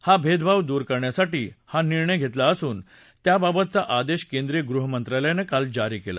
हा भेदभाव दूर करण्यासाठी हा निर्णय घेतला असून त्याबाबतचा आदेश केंद्रीय गृहमंत्रालयानं काल जारी केला